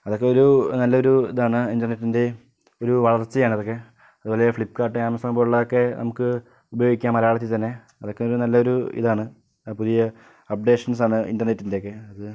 അതൊക്കെ ഒരു നല്ലൊരു ഇതാണ് ഇൻ്റർനെറ്റിൻ്റെ ഒരു വളർച്ചയാണതൊക്കെ അതുപോലെ ഫ്ലിപ്പ്കാർട്ട് ആമസോൺ പോലുള്ളതൊക്കെ നമുക്ക് ഉപയോഗിക്കാം മലയാളത്തിൽ തന്നെ അതൊക്കെ ഒരു നല്ലൊരു ഇതാണ് പുതിയ അപ്പ്ഡേഷൻസ് ആണ് ഇൻ്റർനെറ്റിൻ്റെയൊക്കെ അത്